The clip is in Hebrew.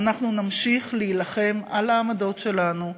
אנחנו נמשיך להילחם על העמדות שלנו,